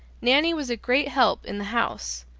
nanny was a great help in the house,